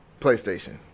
PlayStation